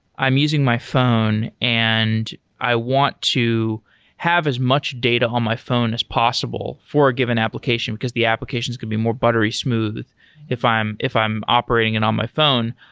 i'm using my phone and i want to have as much data on my phone as possible for a given application, because the applications could be more buttery smooth if i'm if i'm operating it and on my phone.